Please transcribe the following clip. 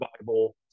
Bible